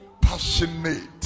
Passionate